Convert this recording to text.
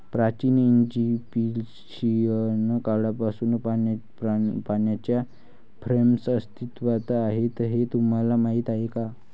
प्राचीन इजिप्शियन काळापासून पाण्याच्या फ्रेम्स अस्तित्वात आहेत हे तुम्हाला माहीत आहे का?